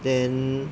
then